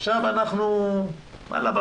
עכשיו אנחנו בפילוסופיה.